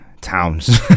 towns